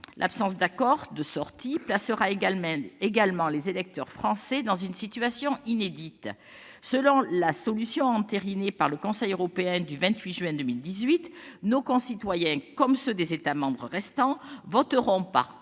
l'absence d'accord de sortie placera également les électeurs français dans une situation inédite. Selon la solution entérinée par le Conseil européen du 28 juin 2018, nos concitoyens, comme ceux des États membres restants, voteront par anticipation